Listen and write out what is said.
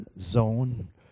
zone